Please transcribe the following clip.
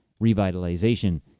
revitalization